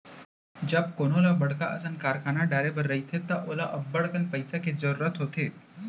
जब कोनो ल बड़का असन कारखाना डारे बर रहिथे त ओला अब्बड़कन पइसा के जरूरत होथे